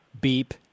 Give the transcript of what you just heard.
beep